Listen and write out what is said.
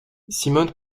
simone